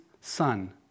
son